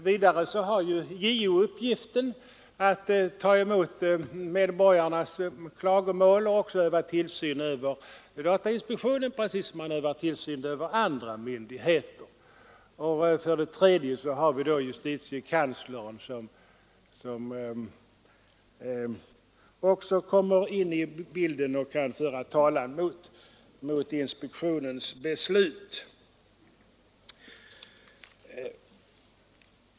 Vidare har JO uppgiften att ta emot medborgarnas klagomål och dessutom öva tillsyn över datainspektionen, precis som man övar tillsyn över andra myndigheter. Slutligen kommer också justitiekanslern in i bilden och kan föra talan mot inspektionens förslag.